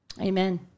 Amen